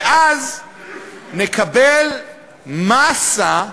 ואז נקבל מאסה של,